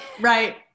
right